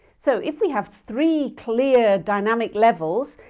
so if we have three clear dynamic levels,